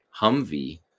Humvee